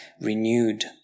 renewed